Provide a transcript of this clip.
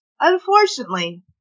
Unfortunately